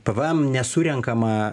pvm nesurenkama